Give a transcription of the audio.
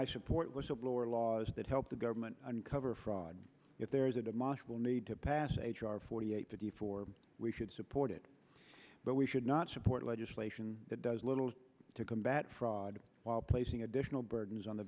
i support whistleblower laws that help the government uncover fraud if there isn't a module need to pass h r forty eight fifty four we should support it but we should not support legislation that does little to combat fraud while placing additional burdens on the